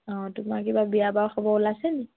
অঁ তোমাৰ কিবা বিয়া বাৰু খবৰ ওলাইছে নি